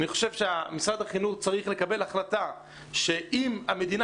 אני חושב שמשרד החינוך צריך לקבל החלטה שאם המדינה